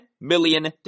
million